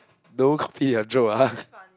no copy a joke ah